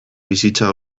bizitza